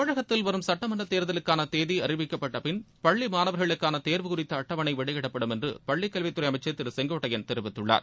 தமிழகத்தில் வரும் சட்டமன்ற தே்தலுக்காள தேதி அறிவிக்கப்பட்ட பின் பள்ளி மாணவா்களுக்கான தேர்வு குறித்த அட்டவணை வெளியிடப்படும் என்று பள்ளிக்கல்வித்துறை அமைச்சள் திரு செங்கோட்டையன் தெரிவித்துள்ளார்